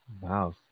Wow